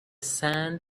sand